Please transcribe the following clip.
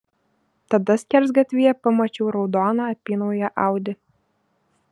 tada skersgatvyje pamačiau raudoną apynauję audi